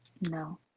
no